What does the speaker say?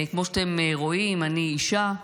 כמו שאתם רואים, אני אישה.